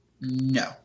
No